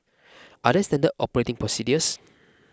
are there standard operating procedures